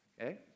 Okay